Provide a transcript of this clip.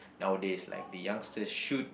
nowadays like the youngster should